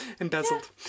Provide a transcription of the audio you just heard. Embezzled